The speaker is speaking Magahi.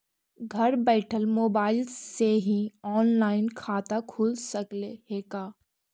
घर बैठल मोबाईल से ही औनलाइन खाता खुल सकले हे का?